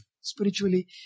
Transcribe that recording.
spiritually